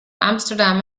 amsterdam